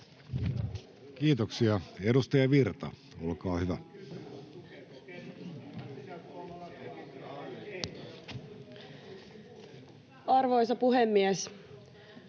Kiitoksia. — Edustaja Virta, olkaa hyvä. Arvoisa puhemies!